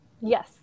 Yes